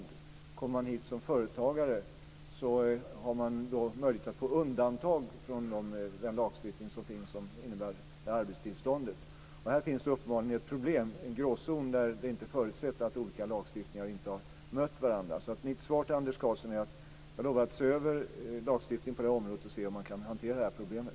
Den som kommer hit som företagare har möjlighet att få undantag från den lagstiftning som finns om arbetstillstånd. Här finns uppenbarligen ett problem, en gråzon, där det inte har förutsetts att olika lagstiftningar kan möta varandra. Mitt svar till Anders Karlsson är att jag lovar att se över lagstiftningen på det här området och se om man kan hantera problemet.